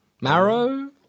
Marrow